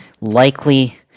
likely